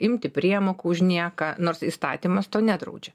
imti priemokų už nieką nors įstatymas to nedraudžia